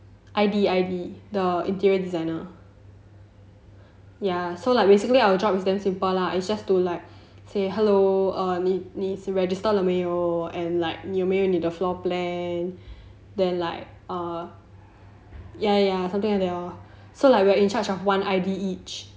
I_D I_D the interior designer ya so like basically our job is damn simple lah it's just to like say hello err 你 register 了没有 and like 你有没有你的 floor plan then like err ya ya something like that lor so like we are in charge of one I_D each